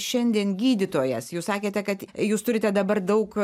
šiandien gydytojas jūs sakėte kad jūs turite dabar daug